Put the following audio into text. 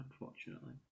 unfortunately